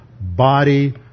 body